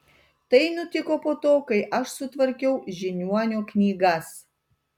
tai nutiko po to kai aš sutvarkiau žiniuonio knygas